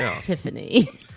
Tiffany